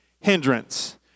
hindrance